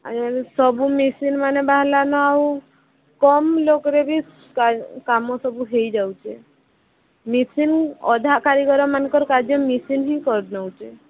ଆଜି କାଲି ସବୁ ମେସିନ୍ମାନେ ବାହାରିଲାନ ଆଉ କମ ଲୋକରେ ବି କାମ କାମ ସବୁ ହୋଇଯାଉଛେ ମେସିନ୍ ଅଧା କାରିଗର୍ମାନକର କାର୍ଯ୍ୟ ମେସିନ୍ ହିଁ କରି ନଉଛେ ଛି